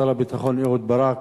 שר הביטחון אהוד ברק,